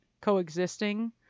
coexisting